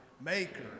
maker